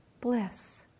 bliss